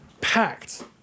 packed